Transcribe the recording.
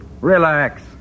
Relax